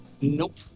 Nope